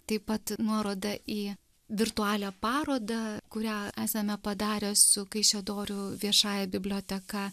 taip pat nuoroda į virtualią parodą kurią esame padarę su kaišiadorių viešąja biblioteka